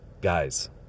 Guys